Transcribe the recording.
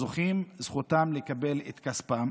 הזוכים, זכותם לקבל את כספם.